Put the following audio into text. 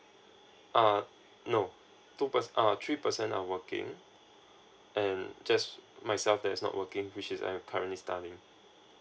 uh no two per~ err three person are working and just myself that's not working which is I'm currently studying